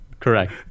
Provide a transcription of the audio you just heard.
Correct